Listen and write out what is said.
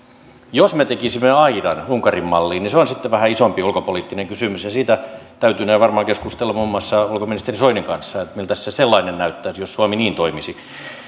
jos me tekisimme aidan unkarin malliin niin se on sitten vähän isompi ulkopoliittinen kysymys siitä täytynee varmaan keskustella muun muassa ulkoministeri soinin kanssa miltäs se sellainen näyttäisi jos suomi niin toimisi